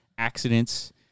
accidents